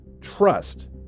trust